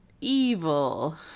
evil